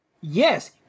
Yes